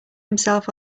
himself